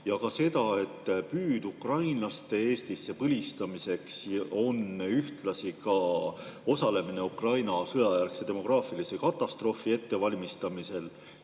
ja ka seda, et püüd ukrainlaste Eestis põlistamiseks on ühtlasi ka osalemine Ukraina sõjajärgse demograafilise katastroofi ettevalmistamisel?